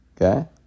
okay